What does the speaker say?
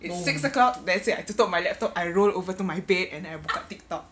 it's six o'clock that's it I tutup my laptop I roll over to my bed and I buka tiktok